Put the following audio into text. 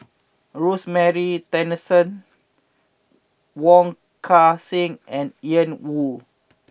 Rosemary Tessensohn Wong Kan Seng and Ian Woo